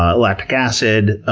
ah lactic acid,